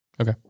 Okay